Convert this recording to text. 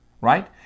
Right